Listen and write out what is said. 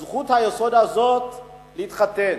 אז זכות היסוד הזאת להתחתן,